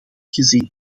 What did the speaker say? gezin